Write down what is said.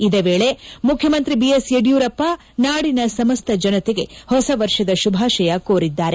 ಇದೇ ವೇಳೆ ಮುಖ್ಯಮಂತ್ರಿ ಬಿ ಎಸ್ ಯಡಿಯೂರಪ್ಪ ನಾಡಿನ ಸಮಸ್ತ ಜನತೆಗೆ ಹೊಸ ವರ್ಷದ ಶುಭಾಷಯ ಕೋರಿದ್ದಾರೆ